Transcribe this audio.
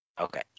okay